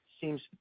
seems